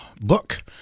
book